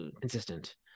consistent